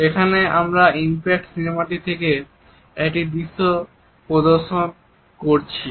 এখানে আমরা ইম্প্যাক্ট সিনেমাটি থেকে একটি দৃশ্য প্রদর্শন করছি